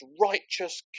righteous